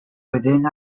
within